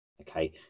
Okay